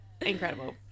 Incredible